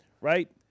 right